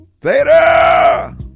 Theta